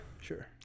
Sure